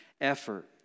effort